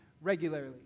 regularly